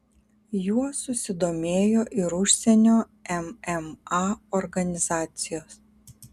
juo susidomėjo ir užsienio mma organizacijos